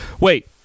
wait